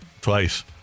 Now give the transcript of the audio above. Twice